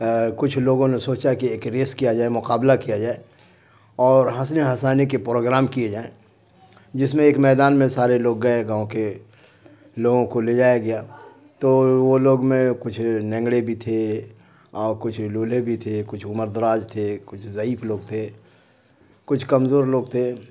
کچھ لوگوں نے سوچا کہ ایک ریس کیا جائے مقابلہ کیا جائے اور ہنسنے ہنسانے کے پروگرام کیے جائیں جس میں ایک میدان میں سارے لوگ گئے گاؤں کے لوگوں کو لے جایا گیا تو وہ لوگ میں کچھ لنگڑے بھی تھے اور کچھ لولہے بھی تھے کچھ عمر دراز تھے کچھ ضعیف لوگ تھے کچھ کمزور لوگ تھے